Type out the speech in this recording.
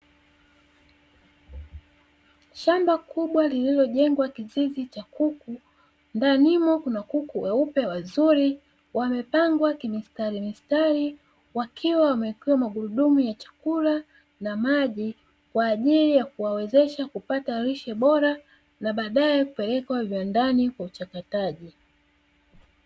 Shamba kubwa lililojengwa kizizi cha kuku, ndanimo kuna kuku weupe wazuri, wamepangwa kimistarikimistari wakiwa wamewekewa magurudumu ya chakula na maji kwa ajili ya kuwawezesha kupata lishe bora na maji, na baadae kupelekwa viwandani kwa ajili ya uchakataji.